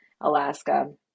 Alaska